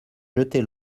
jeter